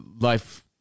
life